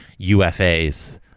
UFAs